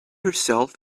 herself